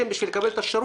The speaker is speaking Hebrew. תלוי באיזה אזור,